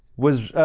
was, ah,